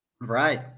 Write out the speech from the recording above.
Right